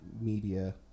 media